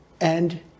and-